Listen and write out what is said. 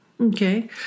Okay